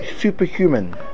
superhuman